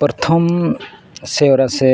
ᱯᱨᱚᱛᱷᱚᱢ ᱥᱮᱨᱣᱟ ᱥᱮ